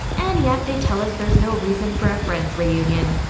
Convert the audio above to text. and yet they tell us there's no reason for a friends reunion.